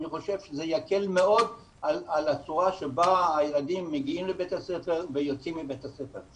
אני חושב שזה יקל מאוד על הצורה שבה הילדים מגיעים ויוצאים מבית הספר.